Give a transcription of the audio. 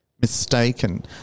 mistaken